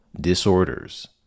disorders